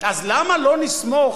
אז למה לא נסמוך,